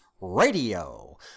Radio